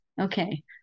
okay